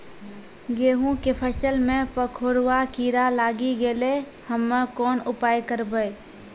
गेहूँ के फसल मे पंखोरवा कीड़ा लागी गैलै हम्मे कोन उपाय करबै?